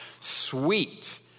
sweet